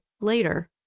later